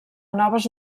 noves